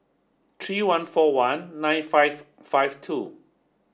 three one four one nine five five two